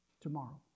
Tomorrow